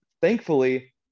thankfully